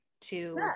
to-